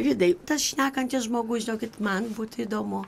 vidai tas šnekantis žmogus žinokit man būtų įdomu